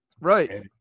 right